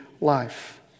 life